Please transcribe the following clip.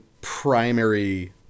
primary